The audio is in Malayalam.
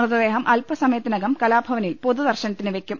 മൃതദേഹം അൽപസമയത്തിനകം കലാഭവനിൽ പൊതുദർശനത്തിന് വെക്കും